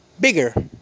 bigger